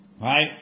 Right